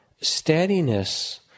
Steadiness